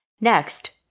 Next